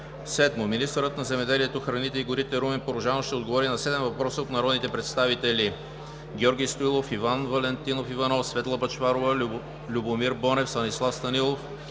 - Министърът на земеделието, храните и горите Румен Порожанов ще отговори на седем въпроса от народните представители: